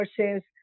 versus